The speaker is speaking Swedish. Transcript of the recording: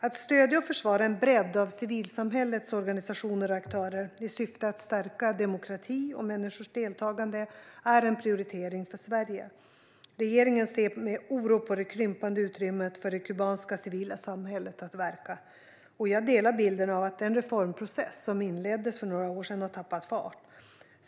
Att stödja och försvara en bredd av civilsamhällets organisationer och aktörer i syfte att stärka demokrati och människors deltagande är en prioritering för Sverige. Regeringen ser med oro på det krympande utrymmet för det kubanska civila samhället att verka. Jag delar bilden av att den reformprocess som inleddes för några år sedan har tappat fart.